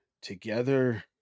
together